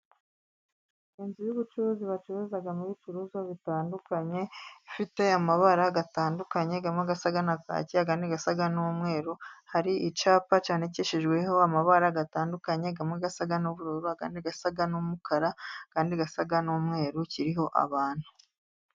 Inzu y'ubucuruzi bacururizamo ibicuruzwa bitandukanye, ifite amabara atandukanye amwe asa na kaki, ayandi asa n'umweru. Hari icyapa cyandikishijweho amabara atandukanye, amwe asa n'uburu, andi asa n'umukara, andi asa n'umweru, kiriho abantu.